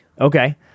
Okay